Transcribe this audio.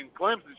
Clemson